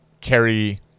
carry